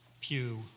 Pew